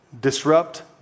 disrupt